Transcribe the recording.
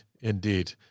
Indeed